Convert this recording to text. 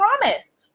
promise